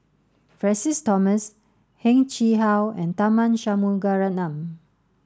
Francis Thomas Heng Chee How and Tharman Shanmugaratnam